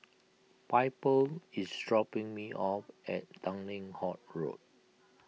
Piper is dropping me off at Tanglin Halt Road